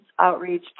outreach